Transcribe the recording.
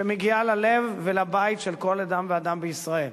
שמגיעה ללב ולבית של כל אדם ואדם בישראל.